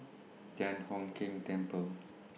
Thian Hock Keng Temple